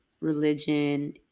religion